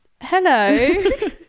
Hello